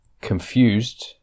confused